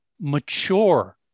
mature